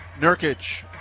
Nurkic